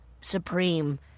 Supreme